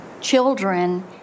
children